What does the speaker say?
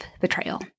betrayal